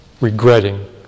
regretting